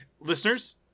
Listeners